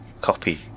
copy